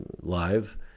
Live